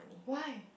why